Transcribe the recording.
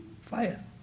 fire